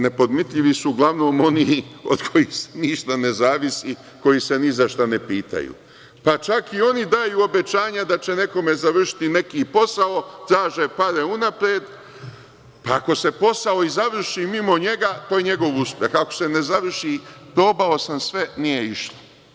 Nepodmitljivi su uglavnom oni od kojih ništa ne zavisi, koji se ni zašta ne pitaju, pa čak i oni daju obećanja da će nekome završiti neki posao, traže pare unapred, pa ako se posao i završi mimo njega to je njegov uspeh, a ako se ne završi – probao sam sve, nije išlo.